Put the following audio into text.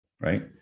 right